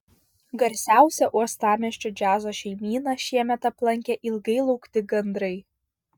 garsiausią uostamiesčio džiazo šeimyną šiemet aplankė ilgai laukti gandrai